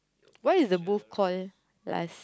what is the booth call last